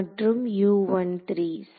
மற்றும் சரி